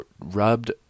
rubbed